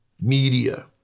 media